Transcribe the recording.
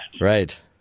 Right